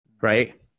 Right